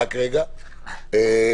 תודה, אדוני.